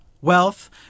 wealth